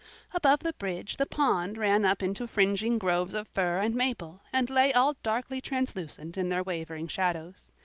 above the bridge the pond ran up into fringing groves of fir and maple and lay all darkly translucent in their wavering shadows.